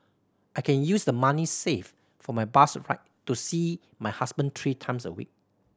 I can use the money saved for my bus ride to see my husband three times a week